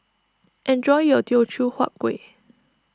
enjoy your Teochew Huat Kueh